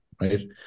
right